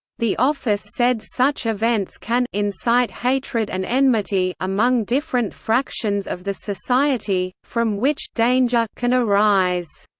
the office said such events can incite hatred and enmity among different fractions of the society, from which danger can arise.